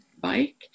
bike